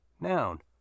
Noun